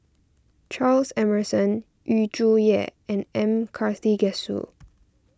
Charles Emmerson Yu Zhuye and M Karthigesu